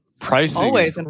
pricing